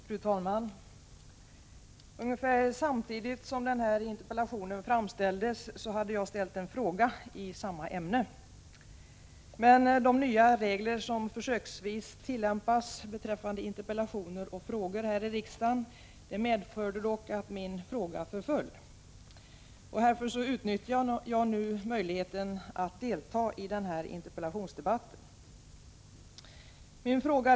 Fru talman! Ungefär samtidigt som den här interpellationen framställdes hade jag ställt en fråga i samma ämne. De nya regler som försöksvis tillämpas beträffande interpellationer och frågor här i riksdagen medförde dock att min fråga förföll, och därför utnyttjar jag nu möjligheten att delta i denna interpellationsdebatt.